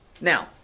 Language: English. Now